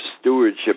stewardship